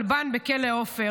כלבן בכלא עופר.